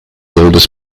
oldest